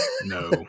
No